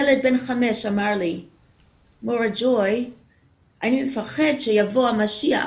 ילד בן חמש אמר לי שאני מפחד שיבוא המשיח,